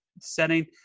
setting